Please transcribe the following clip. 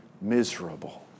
miserable